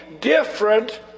different